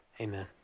amen